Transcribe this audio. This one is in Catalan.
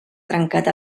trencat